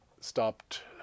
stopped